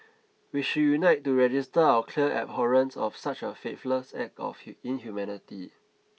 we should unite to register our clear abhorrence of such a faithless act of inhumanity